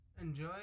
Enjoy